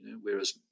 Whereas